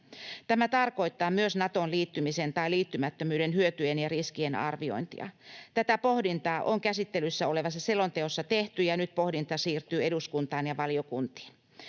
Tämä tarkoittaa myös Natoon liittymisen tai liittymättömyyden hyötyjen ja riskien arviointia. Tätä pohdintaa on käsittelyssä olevassa selonteossa tehty, ja nyt pohdinta siirtyy eduskuntaan ja valiokuntiin.